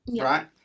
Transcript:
right